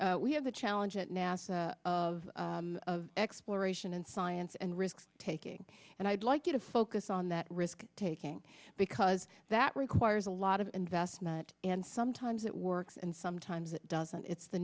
t we have the challenge at nasa of exploration and science and risk taking and i'd like you to focus on that risk taking because that requires a lot of investment and sometimes it works and sometimes it doesn't it's the